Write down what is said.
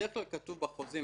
בדרך כלל כתוב בחוזים,